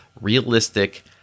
realistic